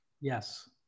Yes